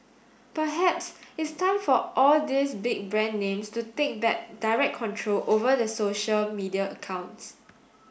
perhaps it's time for all these big brand names to take back direct control over their social media accounts